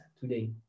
today